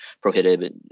prohibited